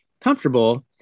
comfortable